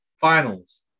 finals